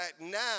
now